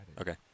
Okay